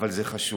אבל זה חשוב.